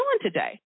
today